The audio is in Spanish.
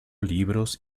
libros